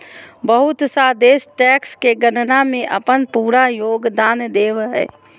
बहुत सा देश टैक्स के गणना में अपन पूरा योगदान देब हइ